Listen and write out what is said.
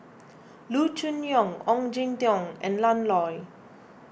Loo Choon Yong Ong Jin Teong and Ian Loy